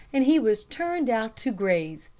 and he was turned out to graze.